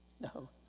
No